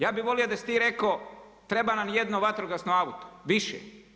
Ja bih volio da si ti rekao treba nam jedno vatrogasno auto više.